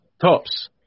Tops